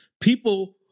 People